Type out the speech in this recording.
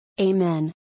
Amen